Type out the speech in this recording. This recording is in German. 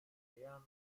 nähern